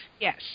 Yes